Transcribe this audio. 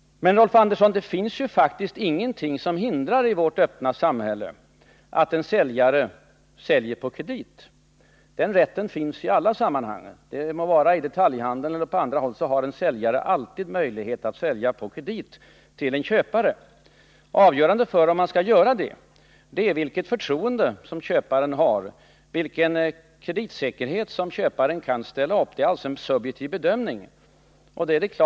Men, Rolf Andersson, det finns i vårt öppna samhälle ingenting som hindrar att en säljare säljer på kredit. Den rätten finns i alla sammanhang. Avgörande för om man skall göra det är vilket förtroende man har för köparen, vilken kreditsäkerhet som köparen kan ställa upp. Det är alltså fråga om en subjektiv bedömning.